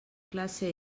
classe